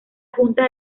junta